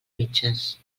mitges